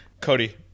Cody